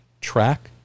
track